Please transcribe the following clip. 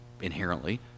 inherently